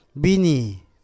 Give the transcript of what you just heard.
Bini